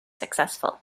successful